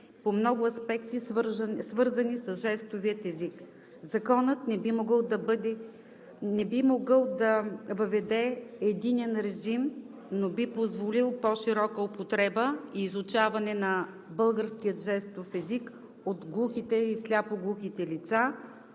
по много аспекти, свързани с жестовия език. Законът не би могъл да въведе единен режим, но би позволил по-широка употреба и изучаване на българския жестов език от глухите и сляпо-глухите лица,